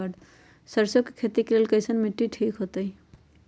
सरसों के खेती के लेल कईसन मिट्टी ठीक हो ताई?